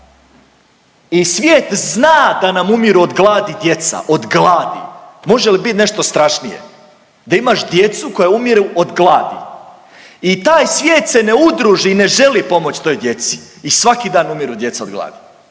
i svijet zna da nam umiru od gladi djeca, od gladi. Može li bit nešto strašnije da imaš djecu koja umiru od gladi i taj svijet se ne udruži i ne želi pomoć toj djeci i svaki dan umiru djeca od gladi.